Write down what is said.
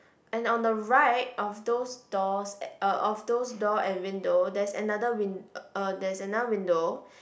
and on the right of those doors eh uh of those door and window there's another win~ uh there's another window